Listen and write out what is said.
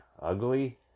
ugly